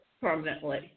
permanently